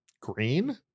green